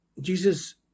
Jesus